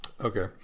Okay